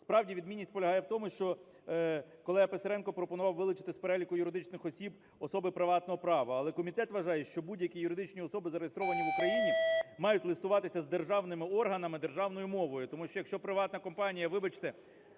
Справді, відмінність полягає в тому, що колега Писаренко пропонував вилучити з переліку юридичних осіб особи приватного права. Але комітет вважає, що будь-які юридичні особи, зареєстровані в Україні, мають листуватися з державними органами державною мовою. Тому що, якщо приватна компанія, вибачте,